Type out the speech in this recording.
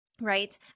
right